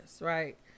right